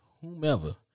whomever